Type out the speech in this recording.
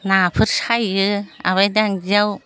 नाफोर सायो आबाय दांगियाव